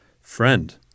friend